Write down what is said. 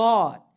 God